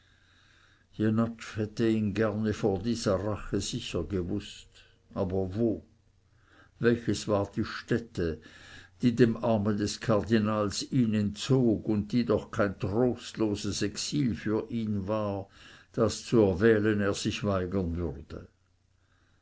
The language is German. hätte ihn gerne vor dieser rache sicher gewußt aber wo welches war die stätte die dem arme des kardinals ihn entzog und die doch kein trostloses exil für ihn war das zu erwählen er sich weigern würde